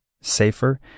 safer